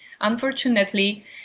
unfortunately